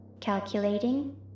calculating